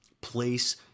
place